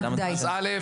אני עדיין